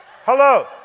Hello